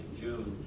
june